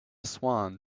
swan